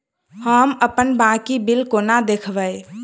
हम अप्पन बाकी बिल कोना देखबै?